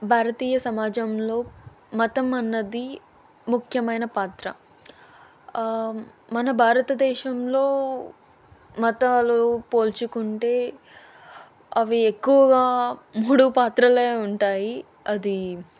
భారతీయ సమాజంలో మతం అన్నది ముఖ్యమైన పాత్ర మన భారతదేశంలో మతాలు పోల్చుకుంటే అవి ఎక్కువగా మూడు పాత్రలే ఉంటాయి అదీ